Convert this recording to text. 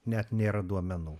net nėra duomenų